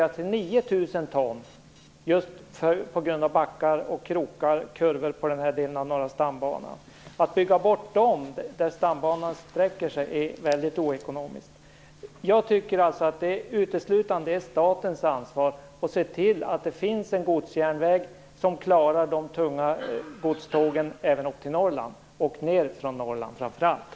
Att bygga bort dessa backar, krokar och kurvor längs stambanans sträckning är väldigt oekonomiskt. Jag tycker alltså att det uteslutande är statens ansvar att se till att det finns en godsjärnväg som klarar de tunga godstågen även upp till Norrland och framför allt ned från Norrland.